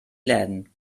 läden